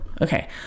Okay